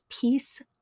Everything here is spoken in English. peace